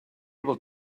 able